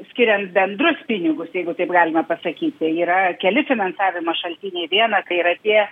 skiriant bendrus pinigus jeigu taip galima pasakyti yra keli finansavimo šaltiniai viena tai yra tie